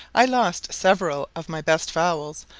i lost several of my best fowls,